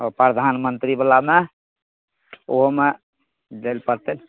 तब प्रधानमंत्री बलामे ओहुमे दै लऽ पड़तै